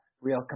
real